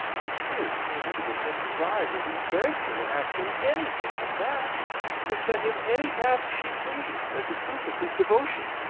the tears came into the prince's eyes as he begged her to ask him anything but that to set him any task she pleased as a proof of his devotion,